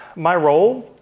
my role,